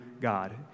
God